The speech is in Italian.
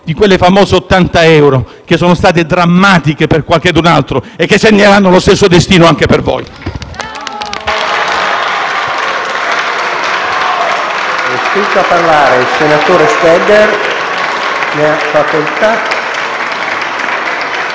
di quei famosi 80 euro che sono stati drammatici per qualchedun altro e che segneranno lo stesso destino anche per voi.